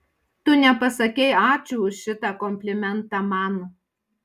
tu nepasakei ačiū už šitą komplimentą man